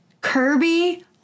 Kirby